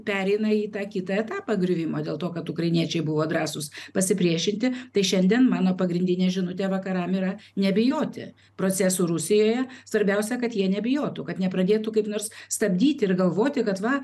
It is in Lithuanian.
pereina į tą kitą etapą griuvimo dėl to kad ukrainiečiai buvo drąsūs pasipriešinti tai šiandien mano pagrindinė žinutė vakaram yra nebijoti procesų rusijoje svarbiausia kad jie nebijotų kad nepradėtų kaip nors stabdyti ir galvoti kad va